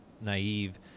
naive